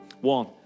One